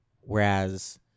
Whereas